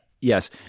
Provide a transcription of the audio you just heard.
Yes